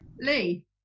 Lee